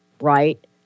right